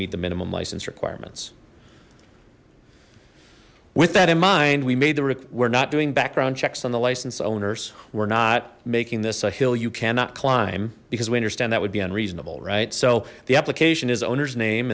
meet the minimum license requirements with that in mind we made the rear not doing background checks on the license owners we're not making this a hill you cannot climb because we understand that would be unreasonable right so the application is owner's name